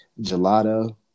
gelato